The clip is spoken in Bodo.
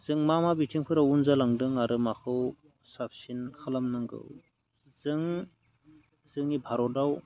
जों मा मा बिथिंफोराव उन जालांदों आरो माखौ साबसिन खालाम नांगौ जों जोंनि भारतआव